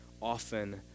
often